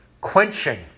quenching